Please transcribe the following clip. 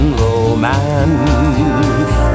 romance